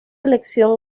elección